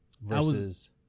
versus